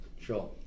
Sure